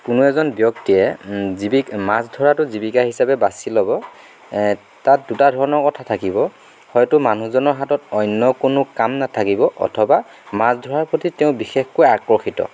কোনো এজন ব্যক্তিয়ে জীৱিক মাছ ধৰাটো জীৱিকা হিচাবে বাছি ল'ব তাত দুটা ধৰণৰ কথা থাকিব হয়তো মানুহজনৰ হাতত অন্য কোনো কাম নাথাকিব অথবা মাছ ধৰাৰ প্ৰতি তেওঁৰ বিশেষকৈ আকৰ্ষিত